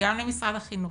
גם למשרד החינוך,